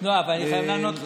אבל אני חייב לענות לו.